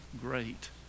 great